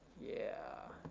yeah,